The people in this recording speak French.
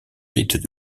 rites